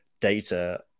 data